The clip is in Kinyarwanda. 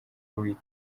w’uwiteka